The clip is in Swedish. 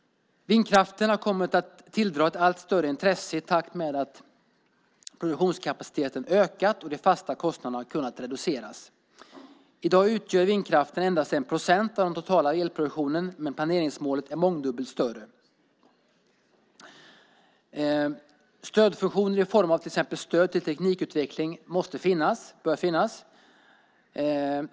Vindkraften har kommit att tilldra sig ett allt större intresse i takt med att produktionskapaciteten har ökat och de fasta kostnaderna har kunnat reduceras. I dag utgör vindkraften endast 1 procent av den totala elproduktionen, men planeringsmålet är mångdubbelt större. Stödfunktioner i form av till exempel stöd till teknikutveckling bör finnas.